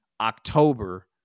October